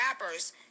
rappers